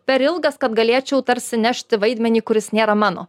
per ilgas kad galėčiau tarsi nešti vaidmenį kuris nėra mano